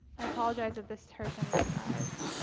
i apologize if this hurts anyone's eyes.